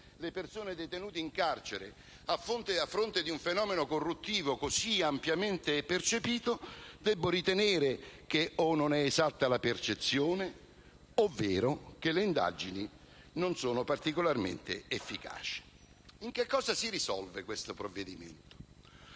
le persone detenute in carcere, a fronte di un fenomeno corruttivo così ampiamente percepito, debbo ritenere che o non è esatta la percezione, ovvero che le indagini non sono particolarmente efficaci. In che cosa si risolve questo provvedimento?